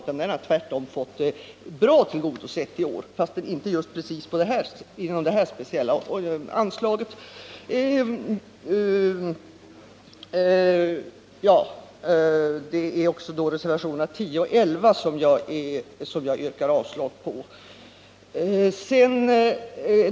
Den har tvärtom blivit väl tillgodosedd i år, även om detta inte gäller det här speciella anslaget. Jag yrkar med detta avslag på reservationerna 10 och 11.